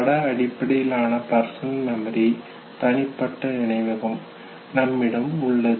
பட அடிப்படையிலான personal memory தனிப்பட்ட நினைவகம் நம்மிடம் உள்ளது